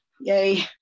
Yay